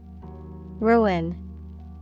Ruin